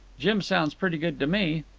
jim sounds pretty good to me.